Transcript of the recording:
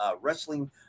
wrestling